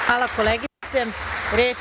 Hvala, koleginice.